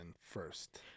first